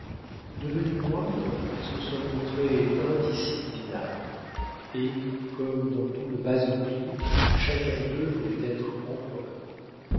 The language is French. devenus moindres ils se sont montrés indisciplinables et comme dans le bas-empire chacun d'eux voulait être empereur